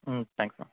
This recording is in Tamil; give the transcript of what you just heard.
ம் தேங்க்ஸ் மேம்